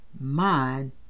mind